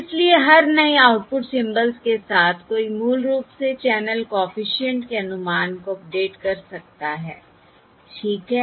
इसलिए हर नए आउटपुट सिम्बल्स के साथ कोई मूल रूप से चैनल कॉफिशिएंट के अनुमान को अपडेट कर सकता है ठीक है